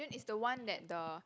~gent is the one that the